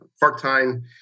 part-time